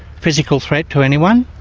physical threat to anyone,